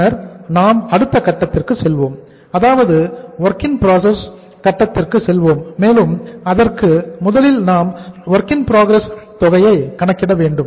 பின்னர் நாம் அடுத்த கட்டத்திற்கு செல்வோம் அதாவது வொர்க் இன் ப்ரோகிரஸ் தொகையை கணக்கிட வேண்டும்